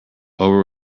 over